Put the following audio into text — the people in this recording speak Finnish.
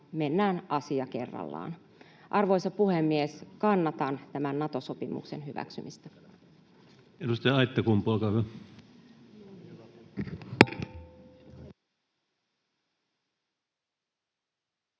mennään asia kerrallaan. Arvoisa puhemies! Kannatan tämän Nato-sopimuksen hyväksymistä.